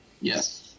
Yes